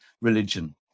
religion